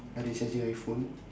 are they charging my phone